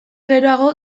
geroago